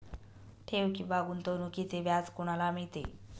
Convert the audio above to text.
ठेव किंवा गुंतवणूकीचे व्याज कोणाला मिळते?